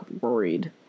worried